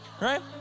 right